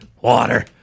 water